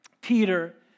Peter